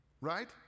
right